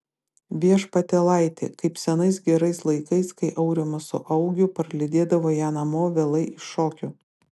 viešpatėlaiti kaip senais gerais laikais kai aurimas su augiu parlydėdavo ją namo vėlai iš šokių